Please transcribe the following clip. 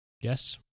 Yes